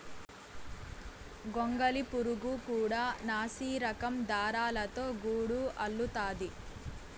గొంగళి పురుగు కూడా నాసిరకం దారాలతో గూడు అల్లుతాది